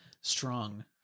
strong